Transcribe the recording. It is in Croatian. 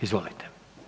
Izvolite.